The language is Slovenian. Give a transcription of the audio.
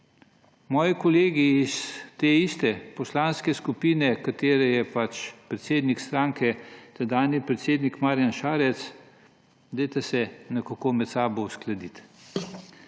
moji kolegi iz te iste poslanske skupine, katere predsednik stranke je tedanji predsednik Marjan Šarec, dajte se nekako med sabo uskladiti.